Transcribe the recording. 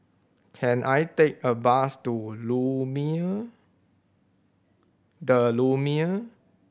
can I take a bus to Lumiere The Lumiere